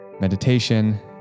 Meditation